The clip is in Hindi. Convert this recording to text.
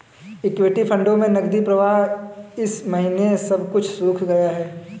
इक्विटी फंडों में नकदी प्रवाह इस महीने सब कुछ सूख गया है